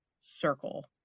circle